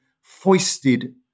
foisted